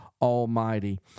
Almighty